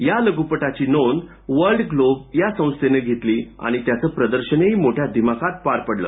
या लघूपटांची नोंद वर्ल्ड ग्लोब या संस्थेनं घेतली आणि त्याचं प्रदर्शनही मोठ्या दिमाखात पार पडलं